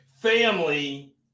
Family